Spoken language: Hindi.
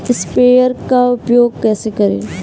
स्प्रेयर का उपयोग कैसे करें?